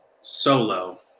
solo